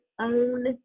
own